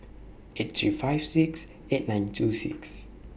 eight three five six eight nine two six